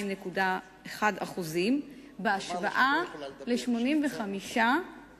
על העלאת הנושא החשוב והטעון שיפור שהעלית.